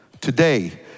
today